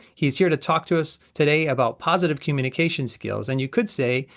he's here to talk to us today about positive communication skills and you could say,